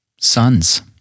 Sons